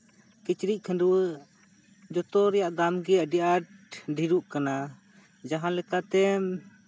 ᱠᱤᱪᱨᱤᱡ ᱠᱷᱟᱹᱰᱣᱟᱹᱜ ᱡᱚᱛᱚ ᱨᱮᱭᱟᱜ ᱫᱟᱢ ᱜᱮ ᱟᱹᱰᱤ ᱟᱸᱴ ᱰᱷᱮᱨᱚᱜ ᱠᱟᱱᱟ ᱡᱟᱦᱟᱸᱞᱮᱠᱟᱛᱮᱢ